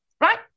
right